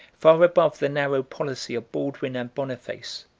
far above the narrow policy of baldwin and boniface,